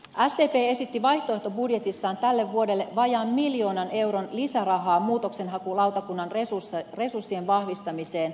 sdp esitti vaihtoehtobudjetissaan tälle vuodelle vajaan miljoonan euron lisärahaa muutoksenhakulautakunnan resurssien vahvistamiseen